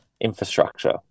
infrastructure